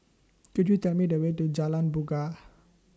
Could YOU Tell Me The Way to Jalan Bungar